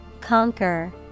Conquer